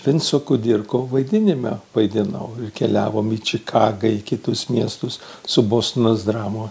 vinco kudirko vaidinime vaidinau keliavome į čikagą į kitus miestus su bostono dramos